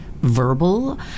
Verbal